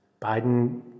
Biden